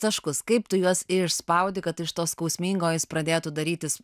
taškus kaip tu juos išspaudi kad iš to skausmingo jis pradėtų darytis